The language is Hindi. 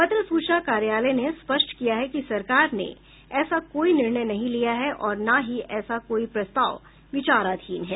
पत्र सूचना कार्यालय ने स्पष्ट किया है कि सरकार ने ऐसा कोई निर्णय नहीं लिया है और न ही ऐसा कोई प्रस्ताव विचाराधीन है